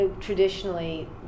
traditionally